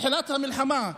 מתחילת המלחמה,